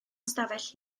ystafell